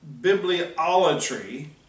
bibliolatry